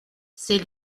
ces